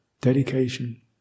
Dedication